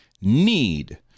need